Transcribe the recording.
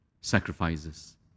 sacrifices